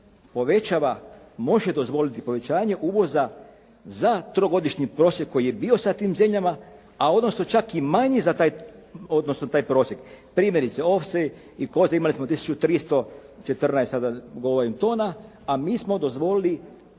može dozvoliti povećanje uvoza za trogodišnji prosjek koji je bio sa tim zemljama, a odnosno čak i manji za taj odnosno taj prosjek. Primjerice ovce i koze imali smo 1314 sada govorim tona, a mi smo dozvolili